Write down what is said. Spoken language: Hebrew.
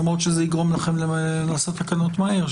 למרות שזה יגרום לכם לעשות תקנות מהר,